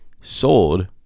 sold